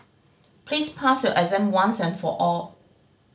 please pass your exam once and for all